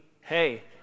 hey